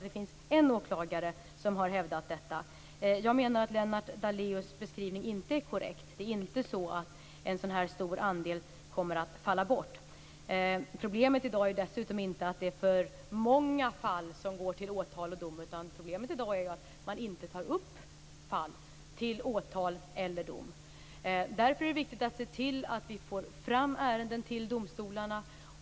Det finns en åklagare som har hävdat detta. Jag menar att Lennart Daléus beskrivning inte är korrekt. Det är inte så att en stor andel kommer att falla bort. Problemet i dag är dessutom inte att för många fall går till åtal och dom. Problemet är att man inte väcker åtal eller att dom inte faller. Därför är det viktigt att se till att vi får fram ärenden till domstolarna.